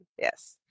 Yes